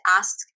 ask